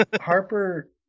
Harper